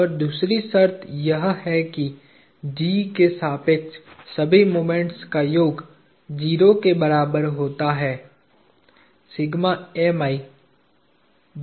और दूसरी शर्त यह है कि G के सापेक्ष सभी मोमेंट्स का योग 0 के बराबर होता है